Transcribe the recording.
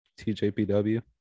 TJPW